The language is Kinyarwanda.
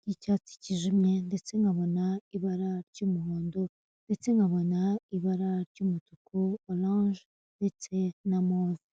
ry'icyatsi kijimye, ndetse nkabona ibara ry'umuhondo, ndetse nkabona ibara ry'umutuku, oranje ndetse na move.